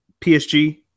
PSG